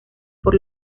por